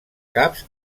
caps